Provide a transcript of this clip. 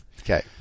Okay